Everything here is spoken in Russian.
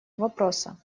вопроса